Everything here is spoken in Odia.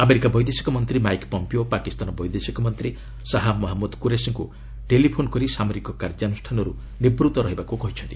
ଆମେରିକା ବୈଦେଶିକ ମନ୍ତ୍ରୀ ମାଇକ୍ ପମ୍ପିଓ ପାକିସ୍ତାନ ବୈଦେଶିକ ମନ୍ତ୍ରୀ ଶାହା ମହମ୍ମଦ କୁରେସିଙ୍କୁ ଟେଲିଫୋନ୍ କରି ସାମରିକ କାର୍ଯ୍ୟାନୁଷ୍ଠାନରୁ ନିବୂତ୍ତ ରହିବାକୁ କହିଛନ୍ତି